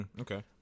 Okay